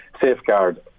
safeguard